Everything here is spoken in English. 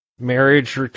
marriage